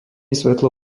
svetlo